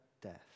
death